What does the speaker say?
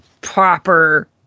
proper